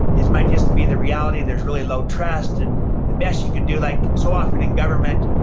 it might just be the reality. there's really low trust and the best you can do like so often in government,